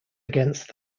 against